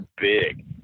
big